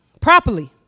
properly